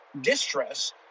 distress